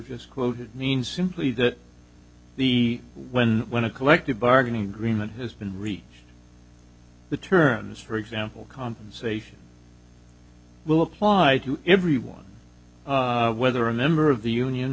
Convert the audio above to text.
quoted mean simply that the when when a collective bargaining agreement has been reached the terms for example compensation will apply to everyone whether a member of the union